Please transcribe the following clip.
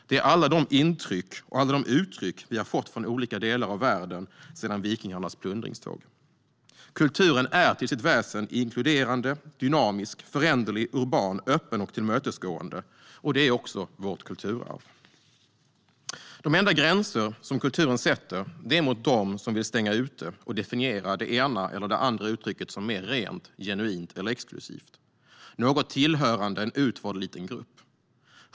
Det är alla de intryck och uttryck vi har fått från olika delar av världen sedan vikingarnas plundringståg. Kulturen är till sitt väsen inkluderande, dynamisk, föränderlig, urban, öppen och tillmötesgående. Det är också vårt kulturarv. De enda gränser som kulturen sätter är mot dem som vill stänga ute och definiera det ena eller andra uttrycket som mer rent, genuint och exklusivt, något tillhörande en utvald liten grupp.